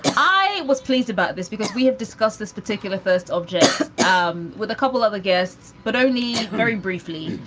i was pleased about this because we have discussed this particular first object um with a couple other guests, but only very briefly.